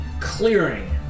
clearing